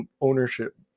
ownership